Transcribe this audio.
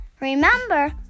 Remember